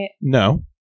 No